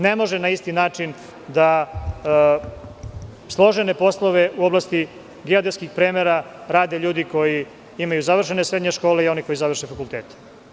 Ne može na isti način da složene poslove u oblasti geodetskih premera rade ljudi koji imaju završene srednje škole i oni koji završe fakultete.